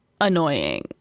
annoying